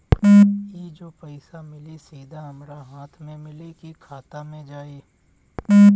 ई जो पइसा मिली सीधा हमरा हाथ में मिली कि खाता में जाई?